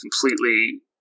completely